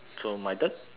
so my turn